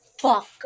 fuck